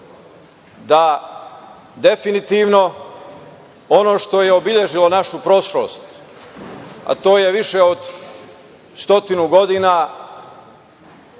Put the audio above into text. da definitivno ono što je obeležilo našu prošlost, a to je više od stotinu godina